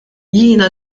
jiena